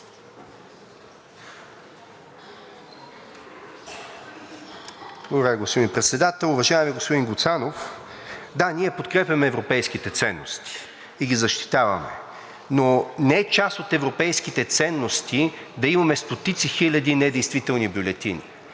Благодаря, господин Председател. Уважаеми господин Гуцанов, да, ние подкрепяме европейските ценности и ги защитаваме, но не е част от европейските ценности да имаме стотици хиляди недействителни бюлетини,